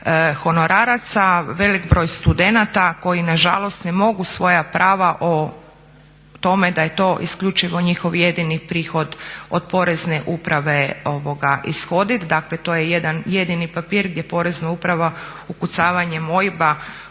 honoraraca, velik broj studenata koji nažalost ne mogu svoja prava o tome da je to isključivo njihov i jedini prihod od Porezne uprave ishoditi. Dakle to je jedini papir gdje Porezna uprava ukucavanjem